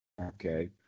okay